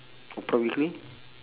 oprah winfrey